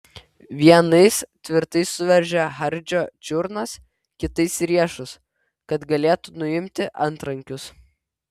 vienais tvirtai suveržė hardžio čiurnas kitais riešus kad galėtų nuimti antrankius